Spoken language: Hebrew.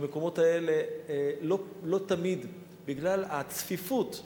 במקומות האלה לא תמיד, בגלל הצפיפות,